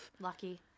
Lucky